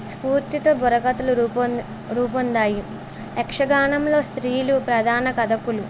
స్ఫూర్తితో బుర్రకథలు రూపొన్ రూపొందాయి యక్షగానంలో స్త్రీలు ప్రధాన కథకులు